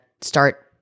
start